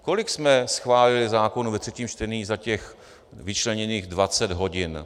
Kolik jsme schválili zákonů ve třetím čtení za těch vyčleněných dvacet hodin?